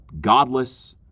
godless